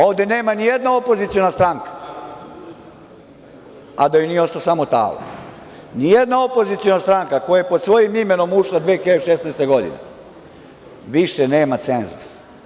Ovde nema ni jedna opoziciona stranka a da joj nije ostao samo talog, ni jedna opoziciona stranka koja je pod svojim imenom ušla 2016. godine, više nema cenzus.